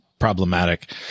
problematic